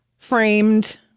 framed